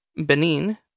Benin